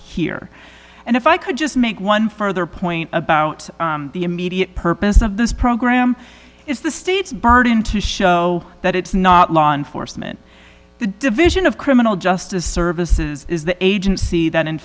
here and if i could just make one further point about the immediate purpose of this program is the state's burden to show that it's not law enforcement the division of criminal justice services is the agency that in